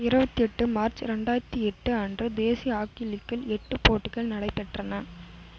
இருபத்தெட்டு மார்ச் ரெண்டாயிரத்தி எட்டு அன்று தேசிய ஹாக்கி லீக்கில் எட்டு போட்டிகள் நடைபெற்றன